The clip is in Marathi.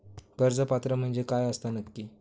कर्ज पात्र म्हणजे काय असता नक्की?